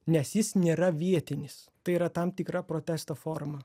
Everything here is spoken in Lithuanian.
nes jis nėra vietinis tai yra tam tikra protesto forma